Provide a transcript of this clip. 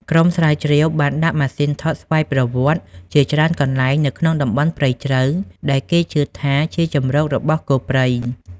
ក្រុមស្រាវជ្រាវបានដាក់ ម៉ាស៊ីនថតស្វ័យប្រវត្តិ (camera trap) ជាច្រើនកន្លែងនៅក្នុងតំបន់ព្រៃជ្រៅដែលគេជឿថាជាជម្រករបស់គោព្រៃ។